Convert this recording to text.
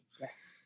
Yes